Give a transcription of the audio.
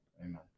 Amen